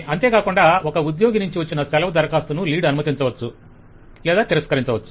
అంతేకాకుండా ఒక ఉద్యోగినుంచి వచ్చిన సెలవు దరఖాస్తును లీడ్ అనుమతించవచ్చు లేదా తిరస్కరించవచ్చు